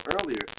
earlier